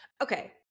Okay